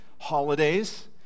holidays